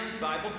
Bible